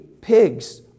pigs